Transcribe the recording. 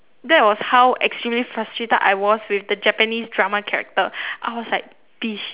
that was how extremely frustrated I was with the japanese drama character I was like bitch